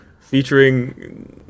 featuring